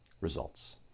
results